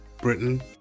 Britain